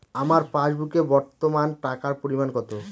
আমার পাসবুকে বর্তমান টাকার পরিমাণ কত?